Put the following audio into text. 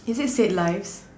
is it st-Ives